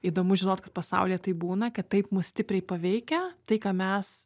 įdomu žinot kad pasaulyje taip būna kad taip mus stipriai paveikia tai ką mes